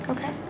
Okay